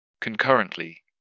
Concurrently